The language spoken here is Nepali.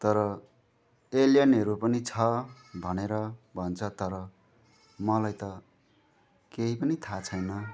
तर एलियनहरू पनि छ भनेर भन्छ तर मलाई त केही पनि थाहा छैन